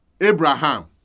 Abraham